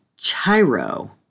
chiro